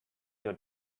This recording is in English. your